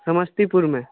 समस्तीपुरमे